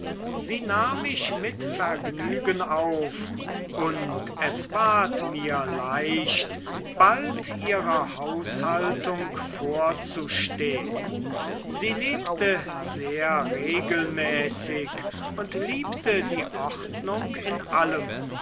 sie nahm mich mit vergnügen auf und es ward mir leicht bald ihrer haushaltung vorzustehn sie lebte sehr regelmäßig und liebte die ordnung in allem